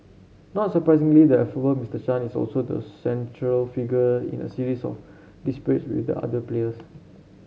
not surprisingly the affable Mister Chan is also the central figure in a series of disputes with the other players